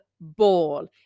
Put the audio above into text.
ball